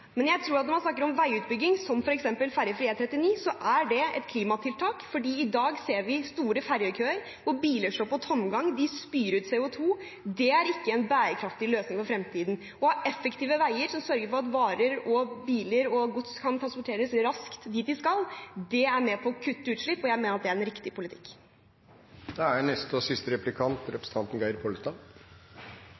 Men når man snakker om veiutbygging som f.eks. fergefri E39, er det et klimatiltak, for i dag ser vi lange fergekøer og biler på tomgang, de spyr ut CO2, og det er ikke en bærekraftig løsning for fremtiden. Det å ha effektive veier som sørger for at varer og gods kan transporteres raskt dit det skal, er med på å kutte utslipp, og jeg mener det er en riktig politikk. Representanten Bru snakket om det grønne skiftet. En del av det grønne skiftet er